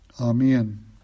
Amen